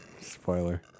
Spoiler